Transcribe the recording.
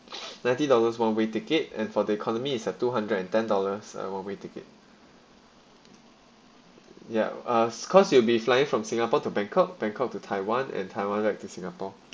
ninety dollars one way ticket and for the economy is at two hundred and ten dollars one way ticket ya us cause you will be flying from singapore to bangkok bangkok to taiwan and taiwan back to singapore